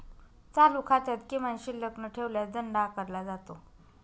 चालू खात्यात किमान शिल्लक न ठेवल्यास दंड आकारला जातो